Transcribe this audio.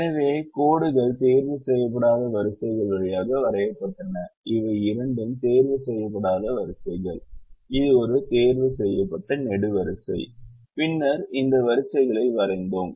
எனவே கோடுகள் தேர்வு செய்யப்படாத வரிசைகள் வழியாக வரையப்பட்டன இவை இரண்டும் தேர்வு செய்யப்படாத வரிசைகள் இது ஒரு தேர்வு செய்யப்பட்ட நெடுவரிசை பின்னர் இந்த வரிகளை வரைந்தோம்